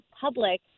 public